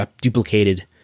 duplicated